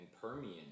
Permian